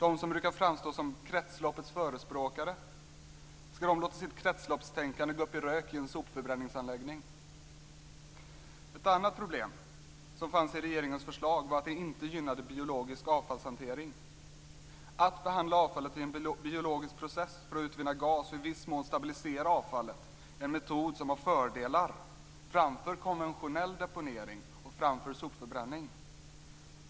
De brukar ju framstå som kretsloppets förespråkare. Skall de låta sitt kretsloppstänkande gå upp i rök i en sopförbränningsanläggning? Ett annat problem som fanns i regeringens förslag var att det inte gynnande biologisk avfallshantering. Att behandla avfallet i en biologisk process för att utvinna gas och i viss mån stabilisera avfallet är en metod som har fördelar framför konventionell deponering och framför sopförbränning.